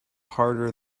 harder